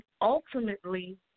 ultimately